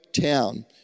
town